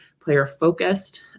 player-focused